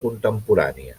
contemporània